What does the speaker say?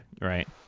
Right